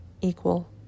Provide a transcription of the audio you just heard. equal